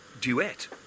duet